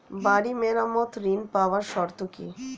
বাড়ি মেরামত ঋন পাবার শর্ত কি?